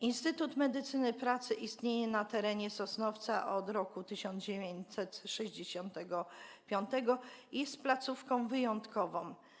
Instytut medycyny pracy istnieje na terenie Sosnowca od roku 1965 i jest placówką wyjątkową.